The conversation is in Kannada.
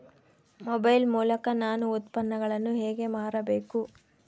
ಮೊಬೈಲ್ ಮೂಲಕ ನಾನು ಉತ್ಪನ್ನಗಳನ್ನು ಹೇಗೆ ಮಾರಬೇಕು?